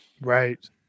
right